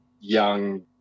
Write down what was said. young